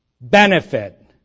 benefit